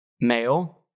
male